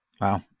Wow